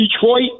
Detroit